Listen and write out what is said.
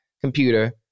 computer